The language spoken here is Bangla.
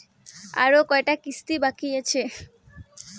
আরো কয়টা কিস্তি বাকি আছে?